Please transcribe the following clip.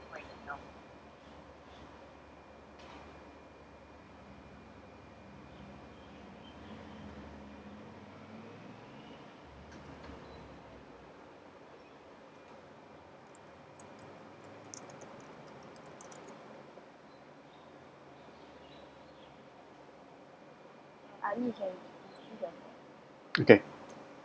okay